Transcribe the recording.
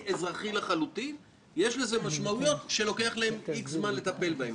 אזרחי לחלוטין יש לכך משמעויות שלוקח "איקס" זמן לטפל בהן.